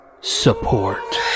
support